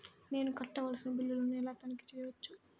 నేను కట్టవలసిన బిల్లులను ఎలా తనిఖీ చెయ్యవచ్చు?